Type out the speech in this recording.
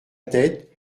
tête